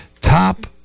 top